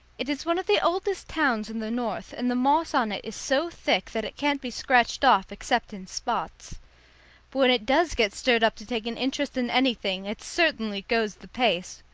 it is one of the oldest towns in the north, and the moss on it is so thick that it can't be scratched off except in spots. but when it does get stirred up to take an interest in anything, it certainly goes the pace.